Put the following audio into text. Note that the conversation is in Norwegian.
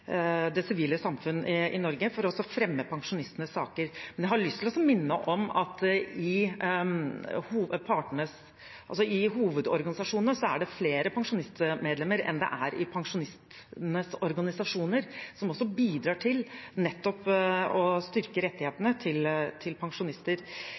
det sivile samfunn i Norge for å fremme pensjonistenes saker. Men jeg har lyst til å minne om at i hovedorganisasjonene er det flere pensjonistmedlemmer enn det er i pensjonistenes organisasjoner, som også bidrar til å styrke